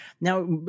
Now